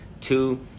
Two